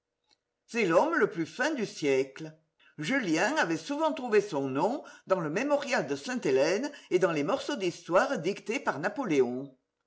c'est l'homme le plus fin du siècle julien avait souvent trouvé son nom dans le mémorial de sainte-hélène et dans les morceaux d'histoire dictés par napoléon